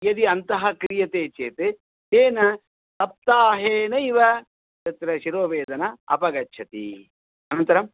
यदि अन्तः क्रियते चेत् तेन सप्ताहेनैव तत्र शिरोवेदना अपगच्छति अनन्तरम्